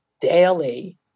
daily